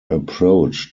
approach